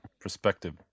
perspective